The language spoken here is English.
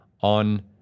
on